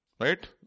Right